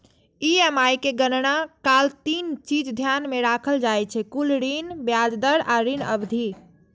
EMI के गणना काल तीन चीज ध्यान मे राखल जाइ छै, कुल ऋण, ब्याज दर आ ऋण अवधि